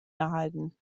erhalten